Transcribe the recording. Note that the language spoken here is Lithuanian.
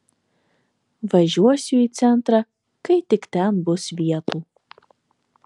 važiuosiu į centrą kai tik ten bus vietų